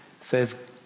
says